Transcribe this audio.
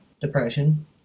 depression